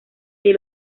que